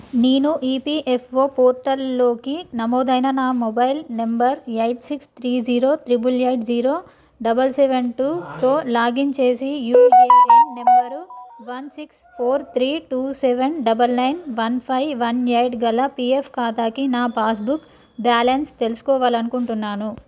నేను ఈపీఎఫ్ఓ పోర్టర్లోకి నమోదైన నా mobile number eight six three zero triple eight zero double seven టూతో లాగిన్ చేసి UAN number one six four three two seven double nine one five one eight గల PF ఖాతాకి నా passbook balance తెలుసుకోవాలి అనుకుంటున్నాను